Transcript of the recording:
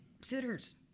sitters